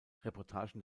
reportagen